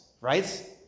Right